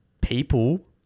people